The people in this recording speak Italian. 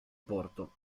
porto